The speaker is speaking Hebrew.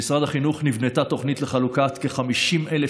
במשרד החינוך נבנתה תוכנית לחלוקת כ-50,000